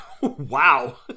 wow